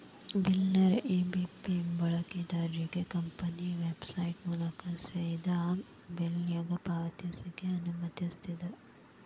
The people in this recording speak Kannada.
ಬಿಲ್ಲರ್ನೇರ ಇ.ಬಿ.ಪಿ ಬಳಕೆದಾರ್ರಿಗೆ ಕಂಪನಿ ವೆಬ್ಸೈಟ್ ಮೂಲಕಾ ಸೇದಾ ಬಿಲ್ಗಳನ್ನ ಪಾವತಿಸ್ಲಿಕ್ಕೆ ಅನುಮತಿಸ್ತದ